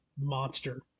monster